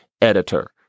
editor